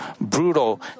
brutal